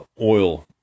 oil